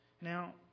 Now